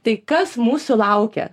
tai kas mūsų laukia